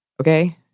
Okay